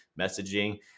messaging